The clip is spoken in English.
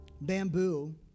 bamboo